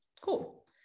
cool